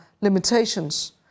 limitations